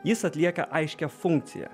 jis atlieka aiškią funkciją